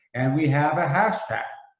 and we have a hashtag.